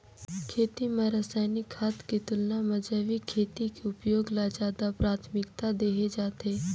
खेती म रसायनिक खाद के तुलना म जैविक खेती के उपयोग ल ज्यादा प्राथमिकता देहे जाथे